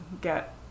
get